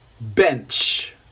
bench